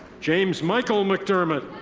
james michael mcdermot.